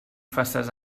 faces